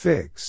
Fix